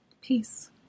peace